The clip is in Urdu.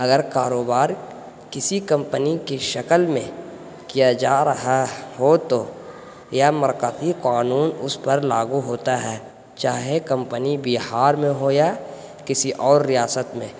اگر کاروبار کسی کمپنی کی شکل میں کیا جا رہا ہو تو مرکزی قانون اس پر لاگو ہوتا ہے چاہے کمپنی بہار میں ہو یا کسی اور ریاست میں